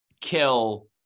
kill